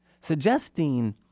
suggesting